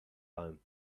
home